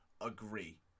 agree